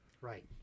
Right